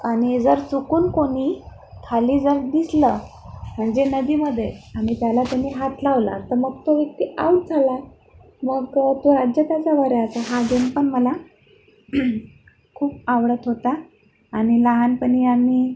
आणि जर चुकून कोणी खाली जर दिसलं म्हणजे नदीमध्ये आणि त्याला त्याने हात लावला तर मग तो व्यक्ती आऊट झाला मग तो राज्य त्याच्यावर यायचा हा गेम पण मला खूप आवडत होता आणि लहानपणी आम्ही